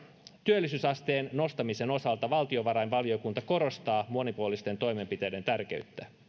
työllisyysasteen nostamisen osalta valtiovarainvaliokunta korostaa monipuolisten toimenpiteiden tärkeyttä